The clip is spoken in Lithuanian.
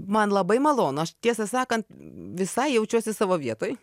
man labai malonu aš tiesą sakant visai jaučiuosi savo vietoj